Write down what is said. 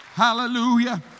Hallelujah